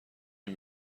این